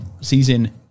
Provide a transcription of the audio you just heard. season